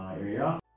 area